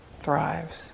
thrives